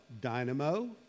dynamo